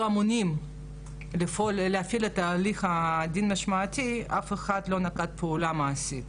אמונים להפעיל את הליך הדין המשמעתי לא נקט בפעולה מעשית.